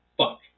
fuck